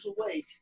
away